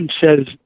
says